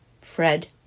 Fred